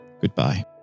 goodbye